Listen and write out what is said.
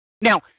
Now